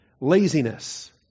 laziness